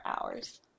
hours